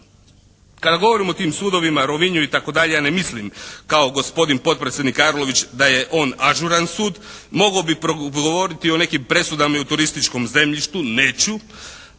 Kada govorimo o tim sudovima, Rovinju i tako dalje ja ne mislim kao gospodin potpredsjednik Arlović da je on ažuran sud. Mogao bih progovoriti o nekim presudama i o turističkom zemljištu. Neću.